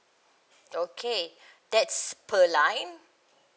okay that's per line